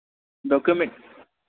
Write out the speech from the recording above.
document